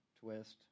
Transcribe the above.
twist